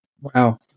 Wow